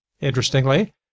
interestingly